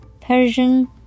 Persian